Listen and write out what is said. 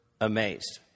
amazed